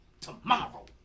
Tomorrow